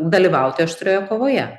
dalyvauti aštrioje kovoje